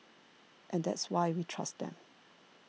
and that's why we trust them